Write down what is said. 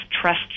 trust